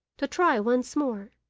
to try once more,